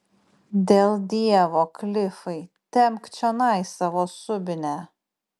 dėl dievo klifai tempk čionai savo subinę